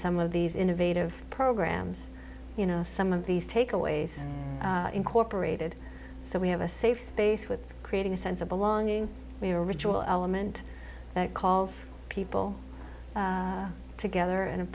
some of these innovative programs you know some of these takeaways incorporated so we have a safe space with creating a sense of belonging to a ritual element that calls people together and a